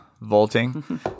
vaulting